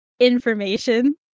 information